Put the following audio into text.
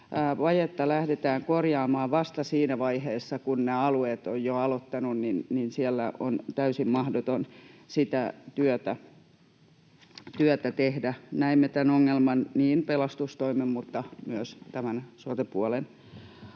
lähdetään korjaamaan vasta siinä vaiheessa, kun nämä alueet ovat jo aloittaneet, niin siellä on täysin mahdoton sitä työtä tehdä. Näimme tämän ongelman niin pelastustoimen mutta myös tämän sote-puolen osalta,